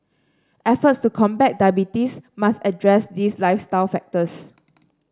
efforts to combat diabetes must address these lifestyle factors